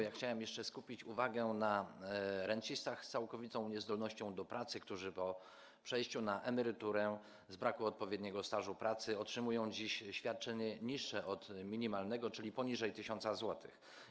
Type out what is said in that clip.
Ja chciałem jeszcze skupić uwagę na rencistach z całkowitą niezdolnością do pracy, którzy po przejściu na emeryturę z powodu braku odpowiedniego stażu pracy otrzymują dziś świadczenie niższe od minimalnego, czyli poniżej 1000 zł.